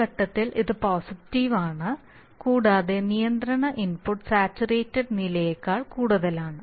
ഈ ഘട്ടത്തിൽ ഇത് പോസിറ്റീവ് ആണ് കൂടാതെ നിയന്ത്രണ ഇൻപുട്ട് സാച്ചുറേറ്റഡ് നിലയേക്കാൾ കൂടുതലാണ്